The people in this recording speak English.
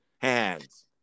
hands